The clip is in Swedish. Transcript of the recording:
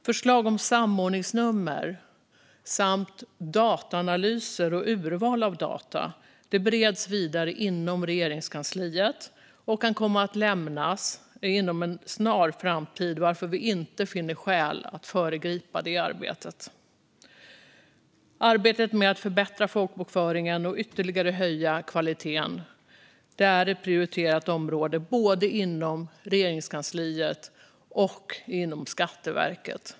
Förslag om samordningsnummer samt dataanalyser och urval av data bereds vidare inom Regeringskansliet och kan komma att lämnas inom en snar framtid, varför vi inte finner skäl att föregripa det arbetet. Arbetet med att förbättra folkbokföringen och att ytterligare höja kvaliteten är ett prioriterat område både inom Regeringskansliet och inom Skatteverket.